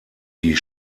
die